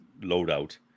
loadout